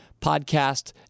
podcast